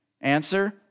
Answer